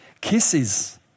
Kisses